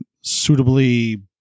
suitably